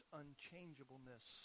unchangeableness